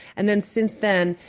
and then since then,